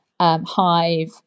Hive